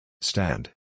Stand